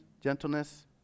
gentleness